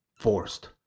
forced